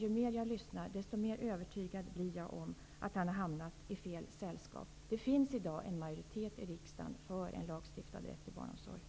Ju mer jag lyssnar, desto mer övertygad blir jag om att han har hamnat i fel sällskap. Det finns i dag en majoritet i riksdagen för en lagstiftad rätt till barnomsorg.